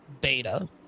beta